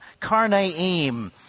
Karnaim